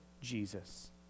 Jesus